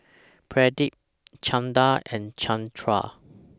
Pradip Chanda and Chandra